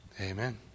Amen